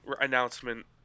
announcement